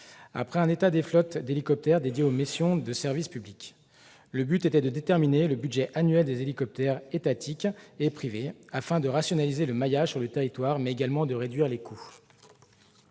après un état des flottes d'hélicoptères dédiées aux missions de service public. L'objectif était de déterminer le budget annuel des hélicoptères étatiques et privés, afin de rationaliser le maillage sur le territoire, mais également de réduire les coûts.